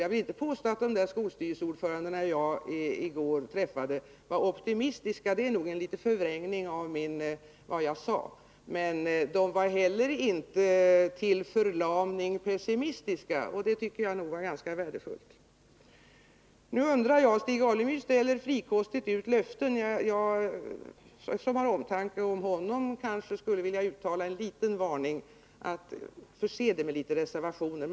Jag vill inte påstå att de skolstyrelseordförande som jag i går träffande var optimistiska — det var nog en liten förvrängning av vad jag sade — men de var inte heller till förlamning pessimistiska, och det tycker jag är ganska värdefullt. Stig Alemyr ställde frikostigt ut löften. Jag som har omtanke om honom skulle kanske vilja ge en liten varning: Förse det med litet reservationer.